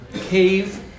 cave